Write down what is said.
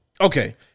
Okay